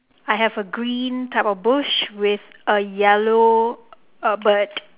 I have a green type of bush with a yellow a bird